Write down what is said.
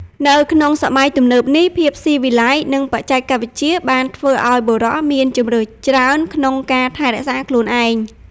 នៅក្នុងសម័យទំនើបនេះ ភាពស៊ីវិល័យ និងបច្ចេកវិទ្យាបានធ្វើឲ្យបុរសមានជម្រើសច្រើនក្នុងការថែរក្សាខ្លួនឯង។